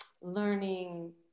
learning